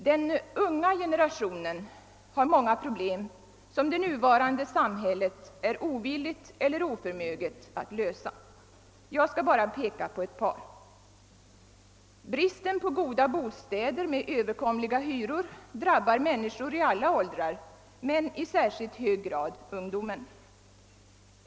Den unga generationen har många problem som det nuvarande samhället är ovilligt eller oförmöget att lösa. Jag skall bara peka på ett par av dem. Bristen på goda bostäder med överkomliga hyror drabbar människor i alla åldrar men i särskilt hög grad ungdomarna.